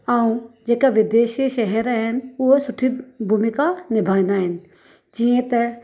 ऐं जेका विदेशी शहर आहिनि उहो सुठी भूमिका निभाईंदा आहिनि जीअं त